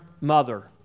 mother